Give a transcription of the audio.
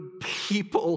people